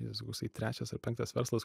jėzau koksai trečias ar penktas verslas